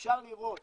אפשר לראות